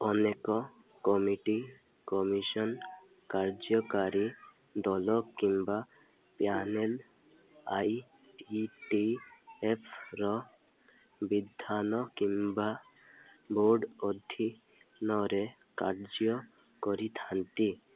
ଅନେକ committee commission କାର୍ଯ୍ୟକାରୀ ଦଳ କିମ୍ବା panel I T T F ର ବିଧାନ କିମ୍ବା ବୋର୍ଡ଼ ଅଧୀନରେ କାର୍ଯ୍ୟ କରିଥାନ୍ତି